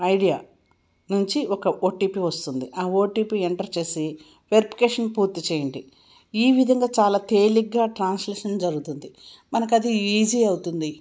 idea నుంచి ఒక OTP వస్తుంది ఆ ఓటీపీ ఎంటర్ చేసి వెరిఫికేషన్ పూర్తి చేయండి ఈ విధంగా చాలా తేలికగా ట్రాన్సాక్షన్ జరుగుతుంది మనకు అది ఈజీ అవుతుంది